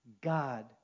God